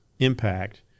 impact